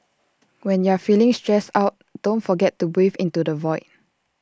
when you are feeling stressed out don't forget to breathe into the void